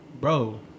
Bro